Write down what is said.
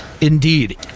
Indeed